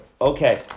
Okay